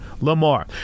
Lamar